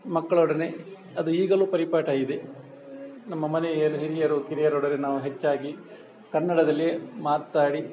ಮಕ್ಕಳೊಡನೆ ಅದು ಈಗಲೂ ಪರಿಪಾಟ ಇದೆ ನಮ್ಮ ಮನೆಯ ಎಲ್ಲ ಹಿರಿಯರು ಕಿರಿಯೊರಡನೆ ನಾವು ಹೆಚ್ಚಾಗಿ ಕನ್ನಡದಲ್ಲಿ ಮಾತು ಆಡಿ